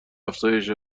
افزایش